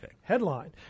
Headline